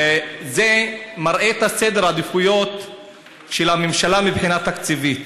וזה מראה את סדר העדיפויות של הממשלה מבחינה תקציבית.